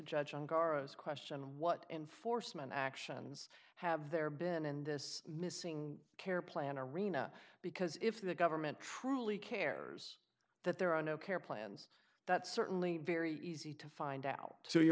karros question what enforcement actions have there been in this missing care plan arena because if the government truly cares that there are no care plans that certainly very easy to find out